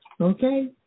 Okay